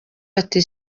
ati